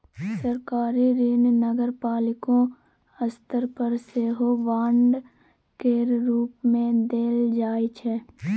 सरकारी ऋण नगरपालिको स्तर पर सेहो बांड केर रूप मे देल जाइ छै